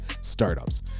startups